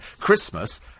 Christmas